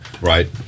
Right